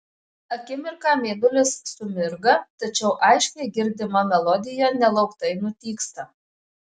akimirką mėnulis sumirga tačiau aiškiai girdima melodija nelauktai nutyksta